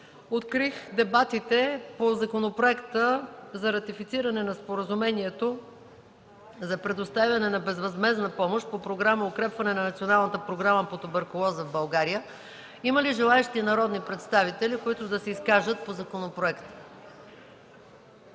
Открих дебатите по Законопроекта за ратифициране на Споразумението за предоставяне на безвъзмездна помощ по Програма „Укрепване на националната програма по туберкулоза в България”. Има ли желаещи народни представители да се изкажат по законопроекта?